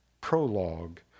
prologue